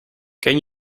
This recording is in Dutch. ken